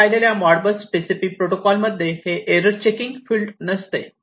आपण आधी पाहिलेल्या मॉडबस TCP प्रोटोकॉल मध्ये हे एरर चेकिंग फिल्ड नसते